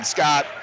Scott